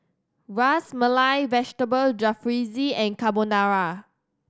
Ras Malai Vegetable Jalfrezi and Carbonara